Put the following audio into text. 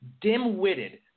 dim-witted